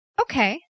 Okay